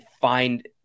find